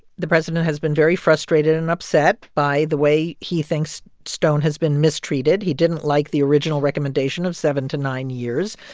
the president has been very frustrated and upset by the way he thinks stone has been mistreated. he didn't like the original recommendation of seven to nine years.